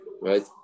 right